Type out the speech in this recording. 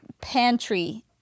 pantry